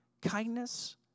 kindness